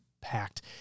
packed